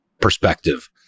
perspective